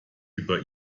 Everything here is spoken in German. über